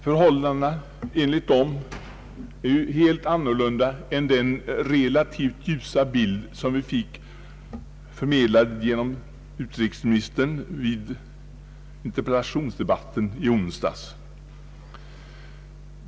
Enligt dessa informationer är förhållandena helt annorlunda än den relativt ljusa bild som vi fick förmedlad genom utrikesministern vid interpellationsdebatten i onsdags.